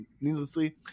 needlessly –